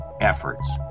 efforts